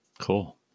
Cool